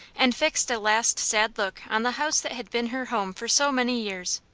and fixed a last sad look on the house that had been her home for so many years.